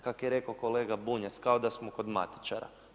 Kako je rekao kolega Bunjac, kao da smo kod matičara.